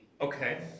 Okay